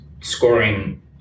scoring